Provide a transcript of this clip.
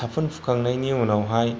साफुन हुखांनायनि उनावहाय